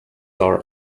are